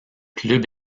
club